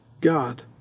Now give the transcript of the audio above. God